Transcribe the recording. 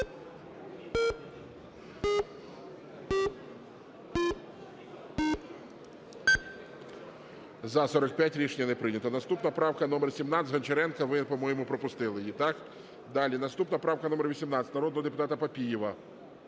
За-45 Рішення не прийнято. Наступна правка - номер 17, Гончаренка. Ви, по-моєму, пропустили її, так? Далі. Наступна правка - номер 18, народного депутата Папієва.